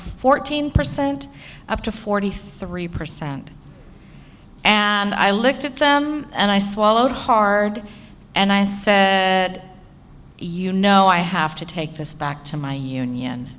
fourteen percent up to forty three percent and i looked at them and i swallowed hard and i said you know i have to take this back to my union